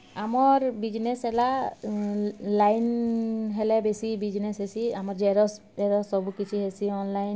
ଆମର୍ ବିଜ୍ନେସ୍ ହେଲା ଲାଇନ୍ ହେଲେ ବେଶୀ ବିଜ୍ନେସ୍ ହେସି ଆମର୍ ଜେରକ୍ସ୍ ଜେରକ୍ସ୍ ସବୁକିଛି ହେସୀ ଅନ୍ଲାଇନ୍